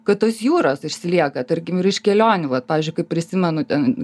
kad tos jūros užsilieka tarkim ir iš kelionių vat pavyzdžiui kaip prisimenu ten